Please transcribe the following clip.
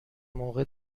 موقع